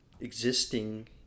existing